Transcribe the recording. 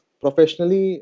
professionally